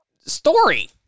story